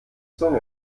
zunge